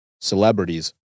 celebrities